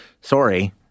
Sorry